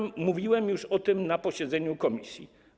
Mówiłem już o tym na posiedzeniu komisji.